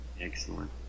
Excellent